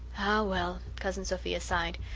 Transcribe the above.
ah, well! cousin sophia sighed.